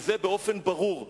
וזה, באופן ברור: